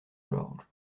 george